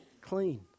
Clean